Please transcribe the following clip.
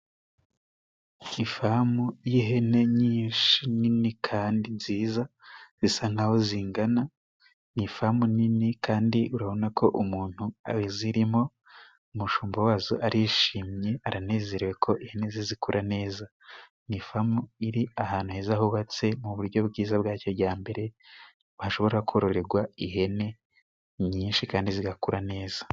Ifamu y'ihene nyinshi nini kandi nziza zisa nk'aho zingana, ni ifamu nini kandi urabona ko umuntu azirimo umushumba wazo arishimye, aranezerewe ko ihene ze ziri gukura neza. Ni ifamu iri ahantu heza, hubatse mu buryo bwiza bwa kijyambere, hashobora kororerwa ihene nyinshi kandi zigakura neza.